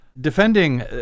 Defending